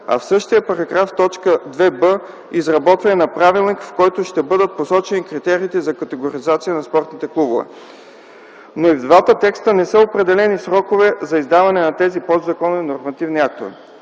а в същия параграф, т. 2б - изработването на правилник, в който ще бъдат посочени критериите за категоризация на спортните клубове. Но и в двата текста не са определени сроковете на издаване на тези подзаконови нормативни актове.